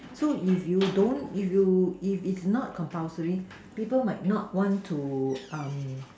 so if you don't if you if if not compulsory people might not want to um